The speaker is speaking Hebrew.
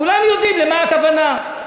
כולם יודעים למה הכוונה.